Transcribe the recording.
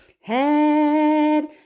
Head